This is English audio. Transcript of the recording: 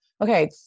okay